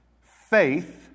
faith